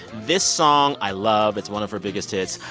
this song i love. it's one of her biggest hits,